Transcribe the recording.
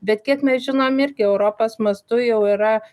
bet kiek mes žinom irgi europos mastu jau yra